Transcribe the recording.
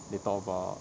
they talk about